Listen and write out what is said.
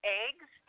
eggs